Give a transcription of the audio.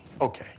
Okay